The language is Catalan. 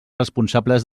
responsables